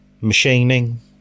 machining